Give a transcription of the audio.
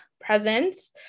presence